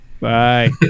Bye